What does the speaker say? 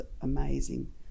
amazing